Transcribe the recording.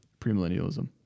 premillennialism